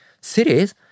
cities